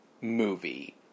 movie